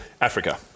Africa